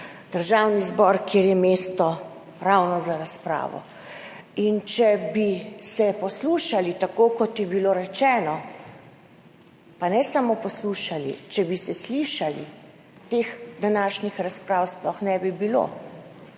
Državnem zboru, kjer je mesto ravno za razpravo. Če bi se poslušali, tako kot je bilo rečeno, pa ne samo poslušali, če bi se slišali, teh današnjih razprav sploh ne bi bilo,